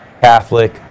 Catholic